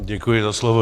Děkuji za slovo.